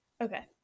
Okay